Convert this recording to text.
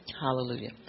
Hallelujah